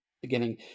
beginning